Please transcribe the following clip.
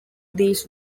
these